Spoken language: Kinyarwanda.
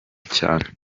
cyane